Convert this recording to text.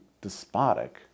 despotic